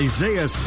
Isaiah